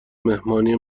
مهمانی